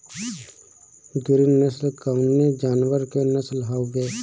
गिरी नश्ल कवने जानवर के नस्ल हयुवे?